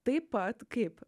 taip pat kaip